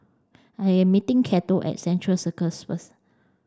I am meeting Cato at Central Circus first